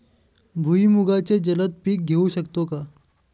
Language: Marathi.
भुईमुगाचे जलद पीक घेऊ शकतो का?